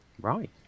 Right